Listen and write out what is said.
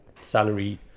salary